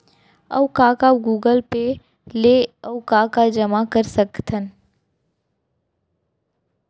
अऊ का का गूगल पे ले अऊ का का जामा कर सकथन?